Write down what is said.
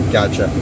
Gotcha